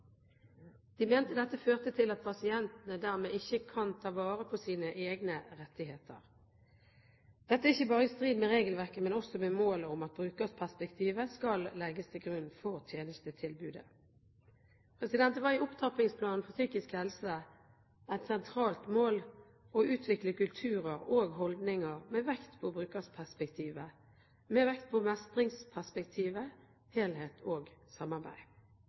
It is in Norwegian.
De mente dette førte til at pasientene dermed ikke kan ta vare på sine egne rettigheter. Dette er ikke bare i strid med regelverket, men også med målet om at brukerperspektivet skal legges til grunn for tjenestetilbudet. Det var i Opptrappingsplanen for psykisk helse et sentralt mål å utvikle kulturer og holdninger med vekt på brukerperspektivet, mestringsperspektivet, helhet og samarbeid.